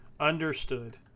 Understood